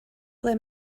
ble